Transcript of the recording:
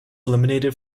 eliminated